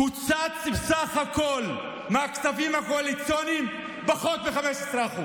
קוצצו, סך הכול מהכספים הקואליציוניים פחות מ-15%,